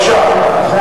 בבקשה.